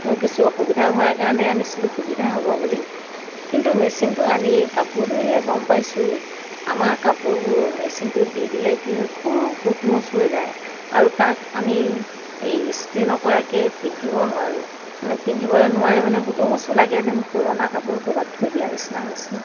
মোৰ কিছু অসুবিধা হোৱাৰ কাৰণে আনিছিলোঁ সুবিধা হ'ব বুলি কিন্তু মেচিনটো আনি কাপোৰ ধুইহে গম পাইছোঁ আমাৰ কাপোৰবোৰ মেচিনটোত দি দিলে কি হয় খুব সোত মোচ হৈ যায় আকৌ তাক আমি ইষ্ট্ৰি নকৰাকৈ পিন্ধিব নোৱাৰোঁ মানে পিন্ধিবলৈ নোৱাৰে মানে সোতোৰ মোচোৰ লাগে যেন পুৰণা কাপোৰ ক'ৰবাত থৈ দিয়া নিচিনা হৈছে